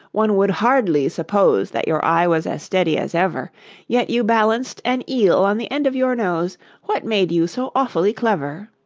one would hardly suppose that your eye was as steady as ever yet you balanced an eel on the end of your nose what made you so awfully clever